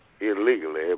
illegally